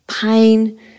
Pain